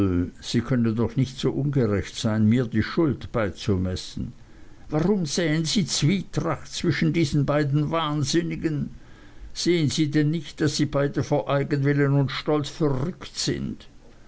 sie können doch nicht so ungerecht sein mir die schuld beizumessen warum säen sie zwietracht zwischen diesen beiden wahnsinnigen sehen sie denn nicht daß sie beide vor eigenwillen und stolz verrückt sind